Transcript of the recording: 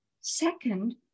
Second